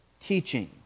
teaching